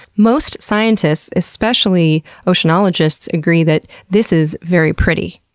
most scientists, especially oceanologists, agree that this is very pretty.